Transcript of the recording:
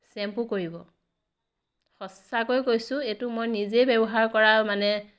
shampoo কৰিব সঁচাকৈ কৈছোঁ এইটো মই নিজে ব্যৱহাৰ কৰা মানে